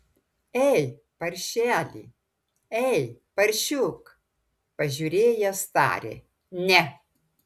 ei paršeli ei paršiuk pažiūrėjęs tarė ne